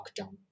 lockdown